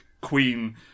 Queen